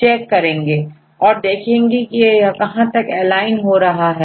और देखेंगे कि यह कहां तक एलाइन हो रहे हैं